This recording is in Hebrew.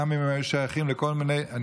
גם אם הם היו שייכים לכל מיני,